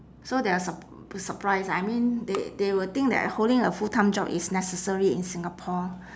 so they are sur~ surprised ah I mean they they will think that holding a full time job is necessary in singapore